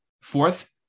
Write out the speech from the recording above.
Fourth